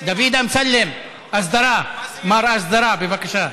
דוד אמסלם, אסדרה, מר אסדרה בבקשה.